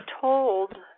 told